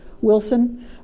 Wilson